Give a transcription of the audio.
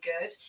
good